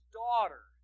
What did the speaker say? daughter